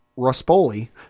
ruspoli